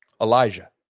Elijah